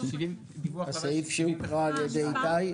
הסעיף שהוקרא על ידי איתי.